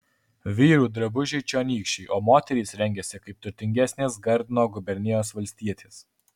vyrų drabužiai čionykščiai o moterys rengiasi kaip turtingesnės gardino gubernijos valstietės